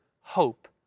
hope